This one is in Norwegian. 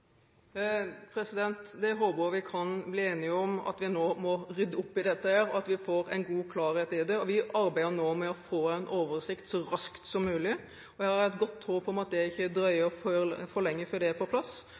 Det håper jeg vi kan bli enige om, at vi nå må rydde opp i dette, og at vi får en klarhet i det. Vi arbeider nå med å få en oversikt så raskt som mulig. Jeg har et godt håp om at det ikke drøyer for lenge før dette er på plass,